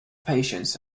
patience